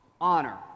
Honor